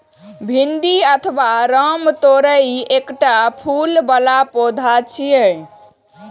भिंडी अथवा रामतोरइ एकटा फूल बला पौधा छियै